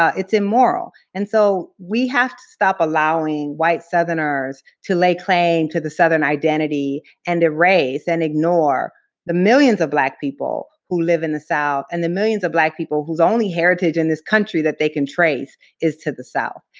ah it's immoral. and so we have to stop allowing white southerners to lay claim to the southern identity and erase and ignore the millions of black people who live in the south and the millions of black people whose only heritage in this country that they can trace is to the south.